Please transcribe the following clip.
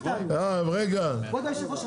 אין --- כבוד היושב-ראש,